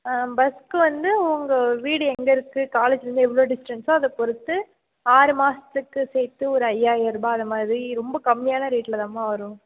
பஸ்ஸூக்கு வந்து உங்கள் வீடு எங்கே இருக்குது காலேஜிலருந்து எவ்வளோ டிஸ்டன்ஸோ அதை பொறுத்து ஆறு மாதத்துக்கு சேர்த்து ஒரு ஐயாயிரம் ருபாய் அது மாதிரி ரொம்ப கம்மியான ரேட்டில்தாம்மா வரும்